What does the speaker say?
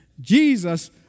Jesus